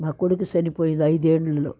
మా కొడుకు చనిపోయిన ఐదు ఏళ్ళలో